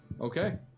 okay